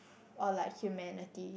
or like Humanity